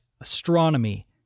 astronomy